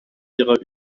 ihrer